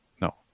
no